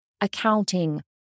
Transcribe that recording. accounting